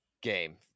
game